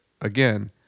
again